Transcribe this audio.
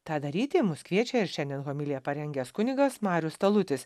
tą daryti mus kviečia ir šiandien homiliją parengęs kunigas marius talutis